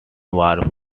war